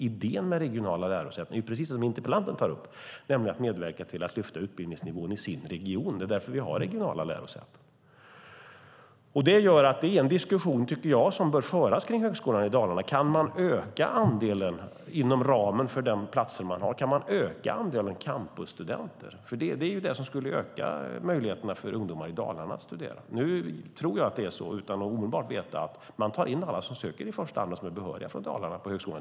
Idén med regionala lärosäten är precis den som interpellanten tar upp, nämligen att medverka till att lyfta utbildningsnivån i den egna regionen. Det är därför vi har regionala lärosäten. Detta gör att det finns en diskussion som bör föras om Högskolan Dalarna: Kan man öka andelen campusstudenter inom ramen för de platser man har? Det är ju det som skulle öka möjligheterna för ungdomar i Dalarna att studera. Utan att omedelbart veta tror jag att det är så att Högskolan Dalarna i första hand tar in alla som söker och som är behöriga från Dalarna.